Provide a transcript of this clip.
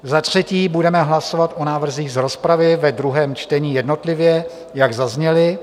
Za třetí budeme hlasovat o návrzích z rozpravy ve druhém čtení jednotlivě, jak zazněly.